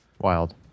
Wild